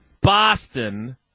Boston